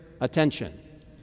attention